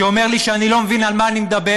שאומר לי שאני לא מבין על מה אני מדבר,